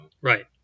Right